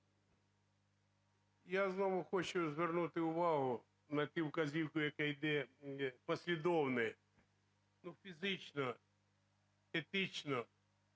Я знову хочу звернути увагу на ту вказівку, яка йде послідовно, ну, фізично, етично